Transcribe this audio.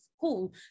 cool